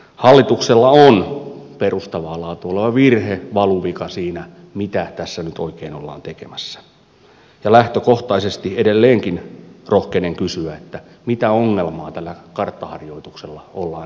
hallituksella on perustavaa laatua oleva virhe valuvika siinä mitä tässä nyt oikein ollaan tekemässä ja lähtökohtaisesti edelleenkin rohkenen kysyä mitä ongelmaa tällä karttaharjoituksella ollaan ratkaisemassa